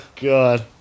God